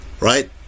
Right